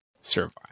survive